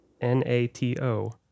N-A-T-O